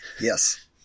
Yes